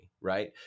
right